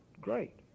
great